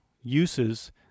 uses